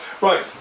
Right